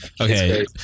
Okay